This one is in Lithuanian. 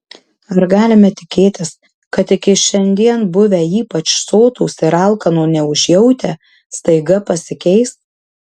ar galime tikėtis kad iki šiandien buvę ypač sotūs ir alkano neužjautę staiga pasikeis